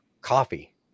coffee